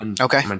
Okay